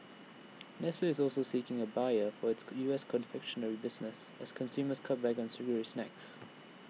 nestle is also seeking A buyer for its U S confectionery business as consumers cut back on sugary snacks